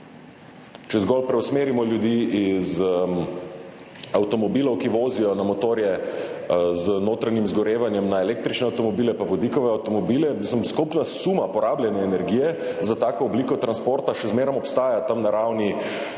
Če zgolj preusmerimo ljudi z avtomobilov, ki vozijo na motorje z notranjim izgorevanjem, na električne avtomobile pa vodikove avtomobile, mislim, skupna suma porabljene energije za tako obliko transporta še zmeraj obstaja tam na ravni